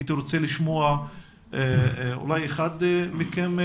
הייתי רוצה לשמוע אחד מכם.